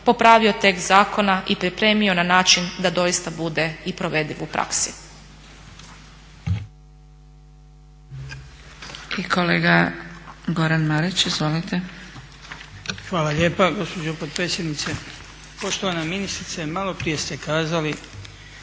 popravio tekst zakona i pripremio na način da doista bude i provediv u praksi.